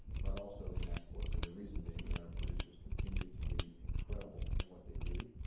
but also in exports, and the reason being that our producers continue to be incredible at what they do,